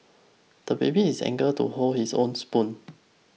The baby is anger to hold his own spoon